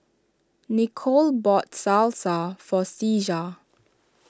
Nichol bought Salsa for Ceasar